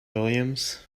williams